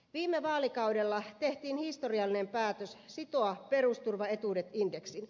viime vaalikaudella tehtiin historiallinen päätös sitoa perusturvaetuudet indeksiin